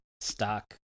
stock